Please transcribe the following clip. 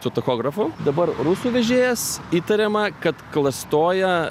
su tachografu dabar rusų vežėjas įtariama kad klastoja